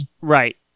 Right